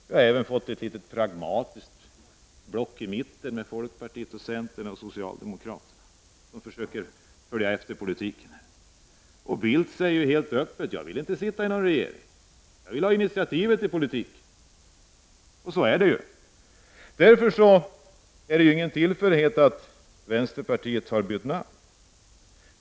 Vi har även fått ett pragmatiskt block i mitten med folkpartiet, centern och socialdemokraterna, som försöker följa efter i den här politikens spår. Carl Bildt säger helt öppet: Jag vill inte sitta i någon regering, jag vill ha initiativet i politiken. Så är det ju! Därför är det ingen tillfällighet att vänsterpartiet har bytt namn.